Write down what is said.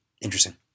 Interesting